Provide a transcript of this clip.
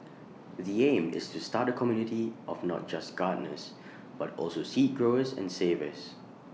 the aim is to start A community of not just gardeners but also seed growers and savers